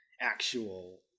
actual